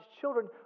children